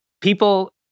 people